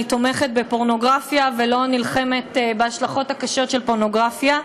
תומכת בפורנוגרפיה ולא נלחמת בהשלכות הקשות של פורנוגרפיה.